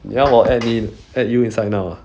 你要我 add 你 add you inside now ah